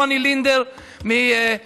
רוני לינדר מדה-מרקר,